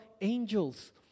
angels